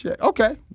Okay